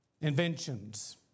inventions